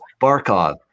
Barkov